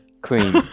cream